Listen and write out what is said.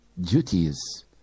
duties